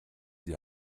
die